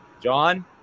John